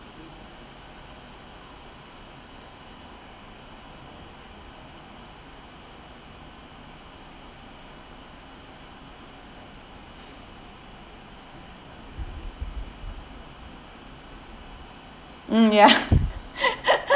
mm ya